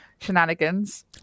shenanigans